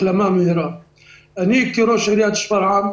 אני כראש עיריית שפרעם,